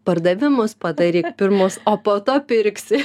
pardavimus padaryk pirmus o po to pirksi